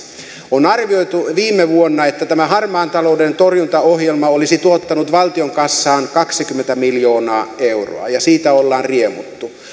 on arvioitu viime vuonna että tämä harmaan talouden torjuntaohjelma olisi tuottanut valtion kassaan kaksikymmentä miljoonaa euroa ja siitä ollaan riemuittu